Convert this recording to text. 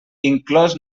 inclòs